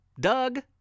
Doug